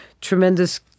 tremendous